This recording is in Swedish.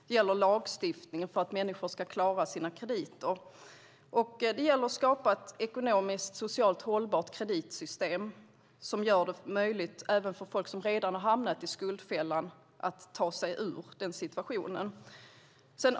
Det handlar om lagstiftning för att människor ska klara sina krediter. Det gäller att skapa ett ekonomiskt och socialt hållbart kreditsystem som gör det möjligt även för folk som redan har hamnat i skuldfällan att ta sig ur denna situation.